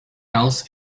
else